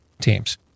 teams